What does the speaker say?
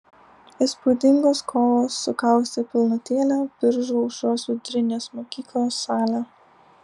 įspūdingos kovos sukaustė pilnutėlę biržų aušros vidurinės mokyklos salę